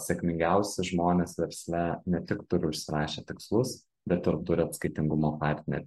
sėkmingiausi žmonės versle ne tik turi užsirašę tikslus bet ir turi atskaitingumo partnerį